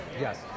Yes